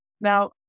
Now